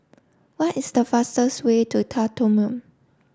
what is the fastest way to Khartoum